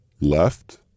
Left